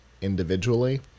individually